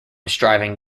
striving